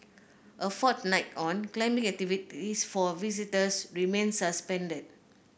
a fortnight on climbing activities for visitors remain suspended